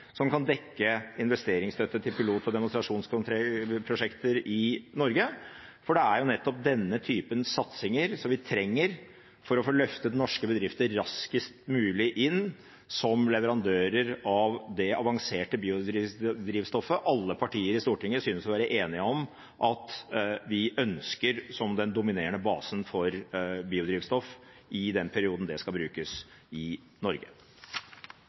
som kan dekke investeringsstøtte til pilot- og demonstrasjonsprosjekter i Norge, for det er nettopp denne typen satsinger vi trenger for å få løftet norske bedrifter raskest mulig inn som leverandører av det avanserte biodrivstoffet alle partier i Stortinget synes å være enige om at vi ønsker som den dominerende basen for biodrivstoff i den perioden det skal brukes i Norge.